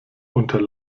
unter